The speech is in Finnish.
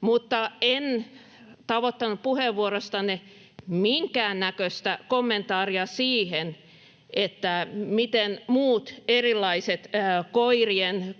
Mutta en tavoittanut puheenvuorostanne minkään näköistä kommentaaria siihen, miten muut erilaiset